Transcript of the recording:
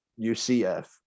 UCF